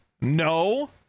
no